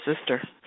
sister